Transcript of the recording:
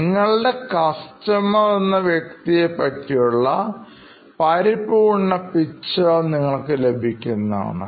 നിങ്ങളുടെ കസ്റ്റമർഎന്ന വ്യക്തിയെ പറ്റിയുള്ള പരിപൂർണ picture നിങ്ങൾക്ക് ലഭിക്കുന്നതാണ്